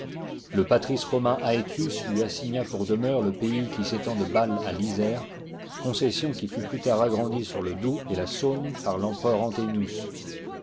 le patricc romain aétius lui assigna pour demeure le pays qui s'étend de baie à l'isère concession qui fut plus tard agrandie sur le doubs et la saone par l'empereur